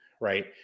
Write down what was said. right